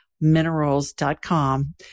minerals.com